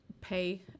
pay